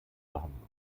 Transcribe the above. behandlung